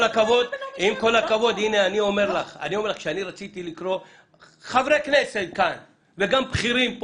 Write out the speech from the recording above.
אני אומר לך שרציתי לקרוא וחברי כנסת כאן וגם בכירים,